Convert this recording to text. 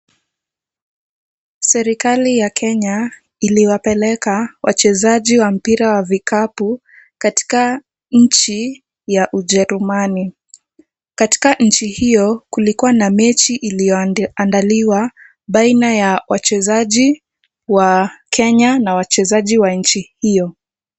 Serikali ya Kenya iliwapeleka wachezaji wa mpira wa vikapu katika nchi ya Ujerumani. Katika nchi hiyo kulikua na mechi iliyoandaliwa baina ya wachezaji wa Kenya na wachezaji wa nchi hiyo.